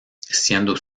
siendo